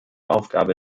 aufgabe